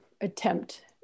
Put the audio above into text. attempt